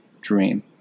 dream